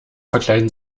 verkleiden